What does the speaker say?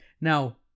Now